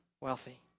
wealthy